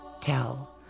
tell